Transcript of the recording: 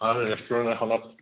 ভাল ৰেষ্টুৰেণ্ট এখনত